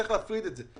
צריך להפריד את זה.